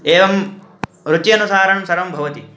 एवं रुच्यनुसारं सर्वं भवति